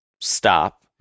stop